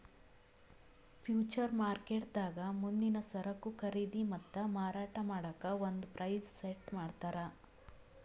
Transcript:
future ಮಾರ್ಕೆಟ್ದಾಗ್ ಮುಂದಿನ್ ಸರಕು ಖರೀದಿ ಮತ್ತ್ ಮಾರಾಟ್ ಮಾಡಕ್ಕ್ ಒಂದ್ ಪ್ರೈಸ್ ಸೆಟ್ ಮಾಡ್ತರ್